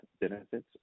benefits